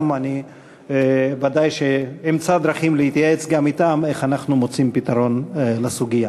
אני בוודאי אמצא דרכים להתייעץ גם אתם איך אנחנו מוצאים פתרון לסוגיה.